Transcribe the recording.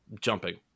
jumping